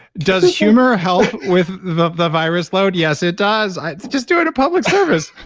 does humor help with the the virus load? yes, it does, just do it a public service